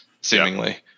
seemingly